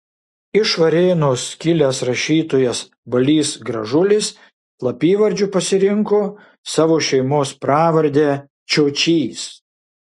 iš varėnos kilęs rašytojas balys gražulis slapyvardžiu pasirinko savo šeimos pravardę čiočys